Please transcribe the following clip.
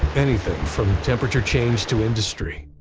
anything from temperature change to industry,